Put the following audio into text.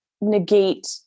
negate